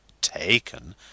taken